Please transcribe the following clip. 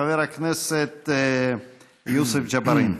חבר הכנסת יוסף ג'בארין.